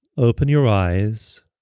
open your eyes,